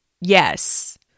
Yes